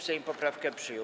Sejm poprawkę przyjął.